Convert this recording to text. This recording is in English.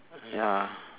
ya